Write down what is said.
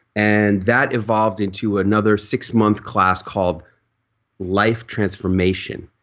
and that evolved into another six month class called life transformation.